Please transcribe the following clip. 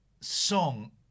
song